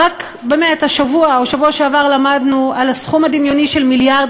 רק השבוע או בשבוע שעבר למדנו על הסכום הדמיוני של מיליארד